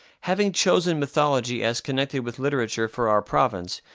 having chosen mythology as connected with literature for our province,